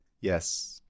Yes